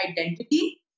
identity